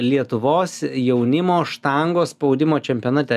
lietuvos jaunimo štangos spaudimo čempionate